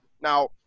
Now